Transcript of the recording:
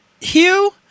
Hugh